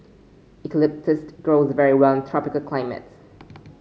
eucalyptus grows very well in tropical climates